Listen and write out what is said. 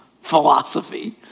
philosophy